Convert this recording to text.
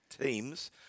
teams